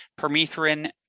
permethrin